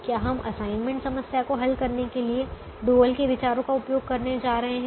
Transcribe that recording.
क्या हम असाइनमेंट समस्या को हल करने के लिए डुअल के विचारों का उपयोग करने जा रहे हैं